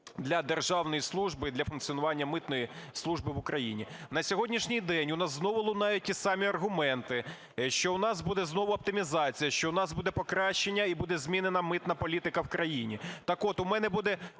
для державної служби і для функціонування Митної служби в Україні. На сьогоднішній день у нас знову лунають ті ж самі аргументи, що в нас буде знову оптимізація, що у нас буде покращення і буде змінена митна політика в країні.